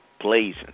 blazing